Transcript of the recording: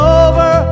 over